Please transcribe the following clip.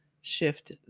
shift